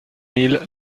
mille